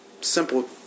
Simple